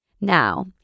Now